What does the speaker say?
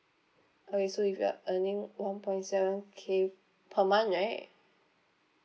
okay so if you are earning one point seven K per month right